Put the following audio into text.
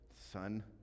Son